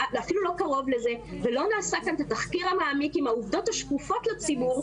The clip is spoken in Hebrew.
אפילו לא קרוב לזה ולא נעשה כאן תחקיר מעמיק עם עובדות שקופות לציבור,